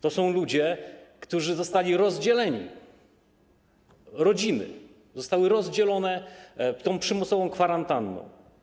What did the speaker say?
To są ludzie, którzy zostali rozdzieleni, rodziny zostały rozdzielone tą przymusową kwarantanną.